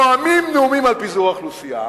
נואמים נאומים על פיזור האוכלוסייה,